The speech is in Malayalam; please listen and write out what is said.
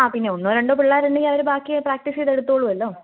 ആ പിന്നെ ഒന്നോ രണ്ടോ പിള്ളേർ ഉണ്ടെങ്കിൽ അവർ ബാക്കി പ്രാക്ടീസ് ചെയ്ത് എടുത്തോളുമല്ലോ